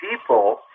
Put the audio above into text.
people